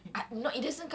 mm